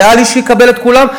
"הריאלי" שיקבל את כולם.